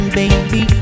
baby